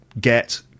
get